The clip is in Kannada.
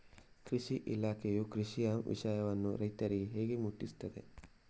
ಕೃಷಿ ಇಲಾಖೆಯು ಕೃಷಿಯ ವಿಷಯವನ್ನು ರೈತರಿಗೆ ಹೇಗೆ ಮುಟ್ಟಿಸ್ತದೆ?